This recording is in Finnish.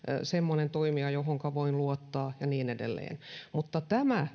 semmoinen toimija johonka voi luottaa ja niin edelleen mutta tämä